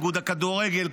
איגוד הכדורגל.